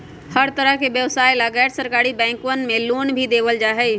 हर तरह के व्यवसाय ला गैर सरकारी बैंकवन मे लोन भी देवल जाहई